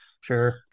Sure